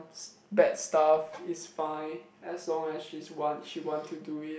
bad stuff it's fine as long as she's want she want to do it